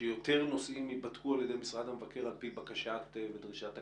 שיותר נושאים ייבדקו על ידי משרד המבקר על פי בקשת ודרישת הכנסת.